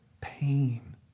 pain